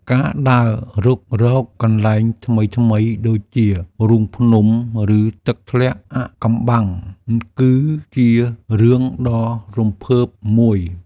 ការដើររុករកកន្លែងថ្មីៗដូចជា រូងភ្នំ ឬទឹកធ្លាក់អាថ៌កំបាំង គឺជារឿងដ៏រំភើបមួយ។